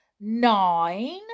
nine